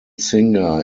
singer